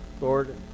Lord